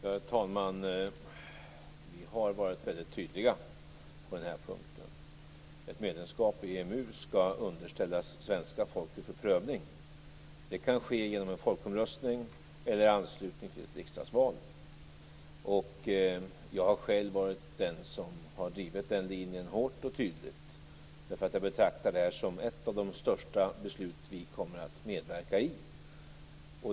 Herr talman! Vi har varit väldigt tydliga på den här punkten. Ett medlemskap i EMU skall underställas svenska folket för prövning. Det kan ske genom en folkomröstning eller i anslutning till ett riksdagsval. Jag har själv drivit den linjen hårt och tydligt, eftersom jag betraktar det här som ett av de största beslut som vi kommer att medverka i.